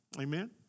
Amen